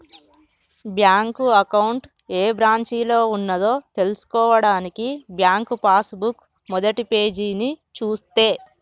bank account ఏ బ్రాంచిలో ఉన్నదో తెల్సుకోవడానికి బ్యాంకు పాస్ బుక్ మొదటిపేజీని చూస్తే